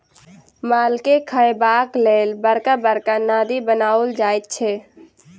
मालके खयबाक लेल बड़का बड़का नादि बनाओल जाइत छै